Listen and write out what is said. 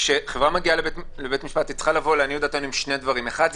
כשחברה מגיעה לבית משפט היא צריכה לבוא עם שני דברים: האחד,